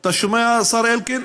אתה שומע, השר אלקין?